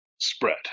spread